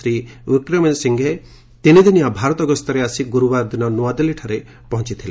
Shri Wickremesinghe ତିନିଦିନିଆ ଭାରତ ଗସ୍ତରେ ଆସି ଗୁରୁବାର ଦିନ ନୂଆଦିଲ୍ଲୀରେ ପହଞ୍ଚିଥିଲେ